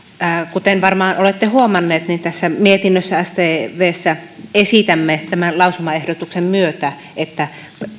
kuten varmaan olette huomanneet tässä stvn mietinnössä esitämme tämän lausumaehdotuksen myötä että